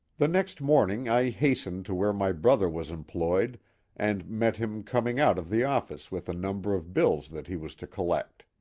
the next morning i hastened to where my brother was employed and met him coming out of the office with a number of bills that he was to collect.